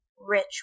rich